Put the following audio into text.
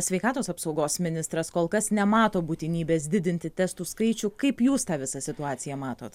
sveikatos apsaugos ministras kol kas nemato būtinybės didinti testų skaičių kaip jūs tą visą situaciją matot